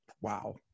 Wow